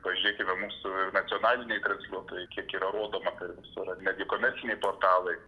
pažiūrėkite mūsų nacionaliniai transliuotojai kiek yra rodoma per visur ar netgi komerciniai portalai